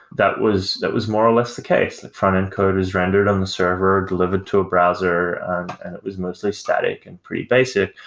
that was that was more or less the case that front-end code is rendered on the server, delivered to a browser and it was mostly static and pretty basic.